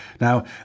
now